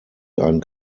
ein